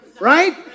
Right